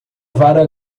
vara